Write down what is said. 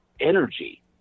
energy